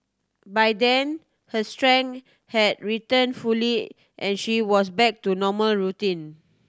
by then her strength had returned fully and she was back to normal routine